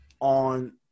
on